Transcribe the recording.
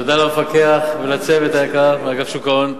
תודה למפקח ולצוות היקר מאגף שוק ההון,